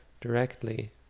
directly